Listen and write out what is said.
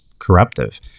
corruptive